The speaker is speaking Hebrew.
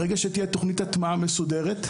צריכה להיות תכנית הטמעה מסודרת,